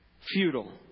futile